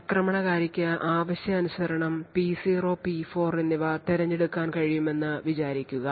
ആക്രമണകാരിക്ക് ആവശ്യാനുസരണം P0 P4 എന്നിവ തിരഞ്ഞെടുക്കാൻ കഴിയുമെന്ന് വിചാരിക്കുക